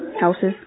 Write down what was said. Houses